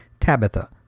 Tabitha